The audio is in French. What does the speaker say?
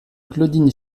claudine